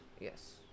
Yes